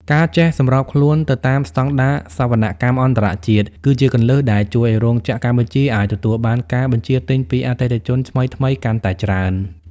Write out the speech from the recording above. ការចេះសម្របខ្លួនទៅតាមស្ដង់ដារសវនកម្មអន្តរជាតិ គឺជាគន្លឹះដែលជួយឱ្យរោងចក្រកម្ពុជាអាចទទួលបានការបញ្ជាទិញពីអតិថិជនថ្មីៗកាន់តែច្រើន។